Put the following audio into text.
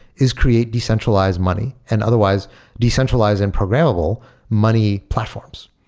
is create decentralized money and otherwise decentralize in programmable money platforms.